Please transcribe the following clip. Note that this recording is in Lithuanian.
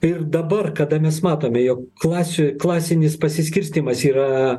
ir dabar kada mes matome jog klasių klasinis pasiskirstymas yra